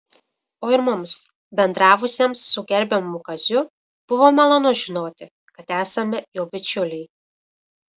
o ir mums bendravusiems su gerbiamu kaziu buvo malonu žinoti kad esame jo bičiuliai